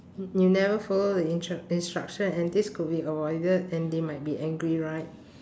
y~ you never follow the instru~ instruction and this could be avoided and they might be angry right